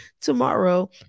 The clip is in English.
tomorrow